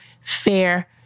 fair